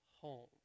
home